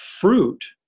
fruit